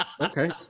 Okay